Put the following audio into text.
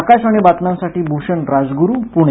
आकाशवाणीच्या बातम्यांसाठी भूषण राजग्रू पुणे